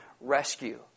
rescue